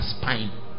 spine